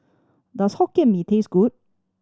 does Hokkien Mee taste good